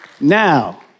now